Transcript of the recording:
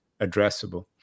addressable